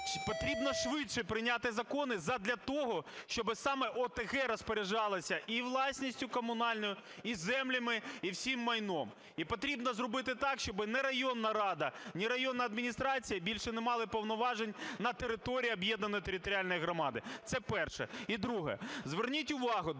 Потрібно швидше прийняти закони задля того, щоби саме ОТГ розпоряджалися і власністю комунальною, і землями, і всім майном. І потрібно зробити так, щоби ні районна рада, ні районна адміністрація більше не мали повноважень на території об'єднаної територіальної громади. Це перше. І друге. Зверніть увагу, досить